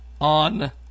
on